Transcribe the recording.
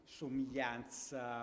somiglianza